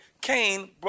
Cain